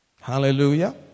Hallelujah